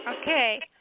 Okay